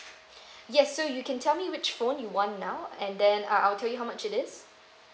yes so you can tell me which phone you want now and then uh I'll tell you how much it is